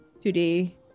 today